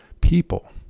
people